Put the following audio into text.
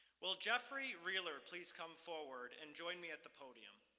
will jeffrey rehler please come forward, and join me at the podium?